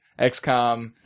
XCOM